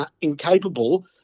incapable